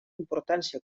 importància